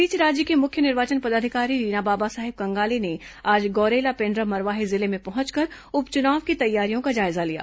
इस बीच राज्य की मुख्य निर्वाचन पदाधिकारी रीना बाबा साहेब कंगाले ने आज गौरेला पेंड्रा मरवाही जिले में पहुंचकर उपचुनाव की तैयारियों का जायजा लिया